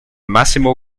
massimo